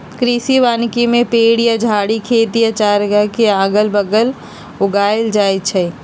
कृषि वानिकी में पेड़ या झाड़ी खेत या चारागाह के अगल बगल उगाएल जाई छई